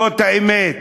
זאת האמת.